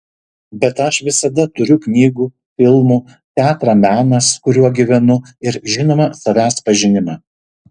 bet aš visada turiu knygų filmų teatrą menas kuriuo gyvenu ir žinoma savęs pažinimą